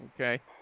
okay